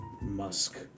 musk